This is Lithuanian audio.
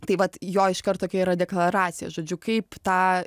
tai vat jo iškart tokia yra deklaracija žodžiu kaip tą